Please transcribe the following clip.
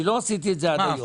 לא עשיתי את זה עד היום.